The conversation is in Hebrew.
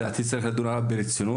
לדעתי צריך לדון עליו ברצינות,